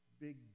big